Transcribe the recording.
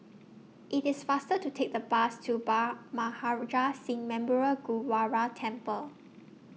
IT IS faster to Take The Bus to Bhai Maharaj Singh Memorial Gurdwara Temple